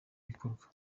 bikorwa